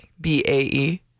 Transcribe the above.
B-A-E